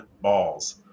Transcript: balls